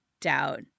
doubt